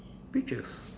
peaches